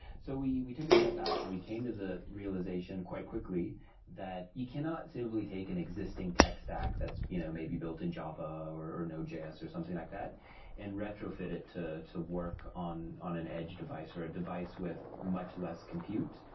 so we we took a step back and we came to the realization quite quickly that you cannot simply take an existing tech stack that's you know maybe built in java, or nodejs or something like that and retrofit it to to work on on an edge device, or a device with much less compute.